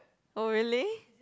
oh really